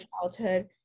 childhood